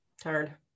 tired